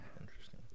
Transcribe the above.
Interesting